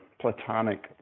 platonic